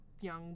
young